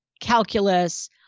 Calculus